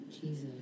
Jesus